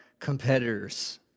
competitors